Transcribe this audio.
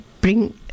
bring